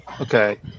Okay